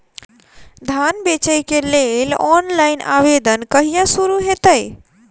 धान बेचै केँ लेल ऑनलाइन आवेदन कहिया शुरू हेतइ?